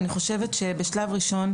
אני חושבת שבשלב ראשון,